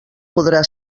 podrà